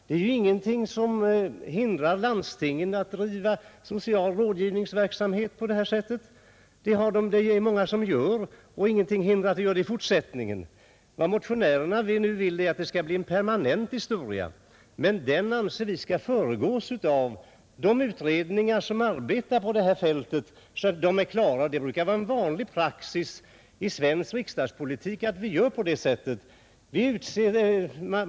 Det är ju ingenting som hindrar landstingen att bedriva social rådgivningsverksamhet på detta sätt. Det är många som gör det, och ingenting hindrar att de gör det i fortsättningen. Vad motionärerna nu vill är att det skall bli en permanent anordning, men en sådan anser vi skall föregås av undersökningar i de utredningar som pågår på detta fält. De bör först vara klara med sitt arbete. Det är sedvanlig praxis i svensk riksdagspolitik att göra på detta sätt.